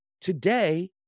today